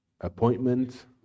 appointment